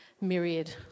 myriad